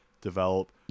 develop